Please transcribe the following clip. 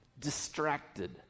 distracted